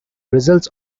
results